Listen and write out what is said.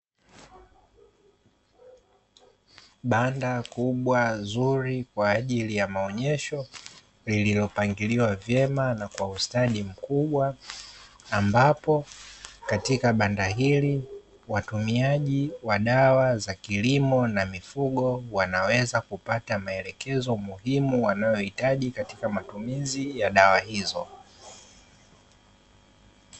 Banda kubwa zuri kwa ajili ya maonyesho, lililopangiliwa vyema na kwa ustadi mkubwa, ambapo katika banda hili watumiaji wa dawa za kilimo na mifugo wanaweza kupata maelekezo muhimu wanayohitaji katika matumizi ya dawa hizo.